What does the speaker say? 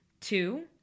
Two